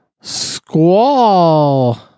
Squall